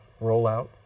rollout